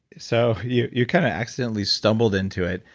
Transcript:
so you you kind of accidentally stumbled into it.